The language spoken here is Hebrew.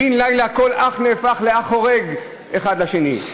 בן-לילה כל אח נהפך לאח חורג האחד לשני,